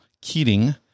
Keating